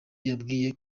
yabwiye